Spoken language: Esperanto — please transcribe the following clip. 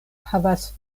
havas